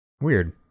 Weird